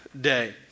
day